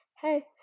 hey